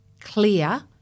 clear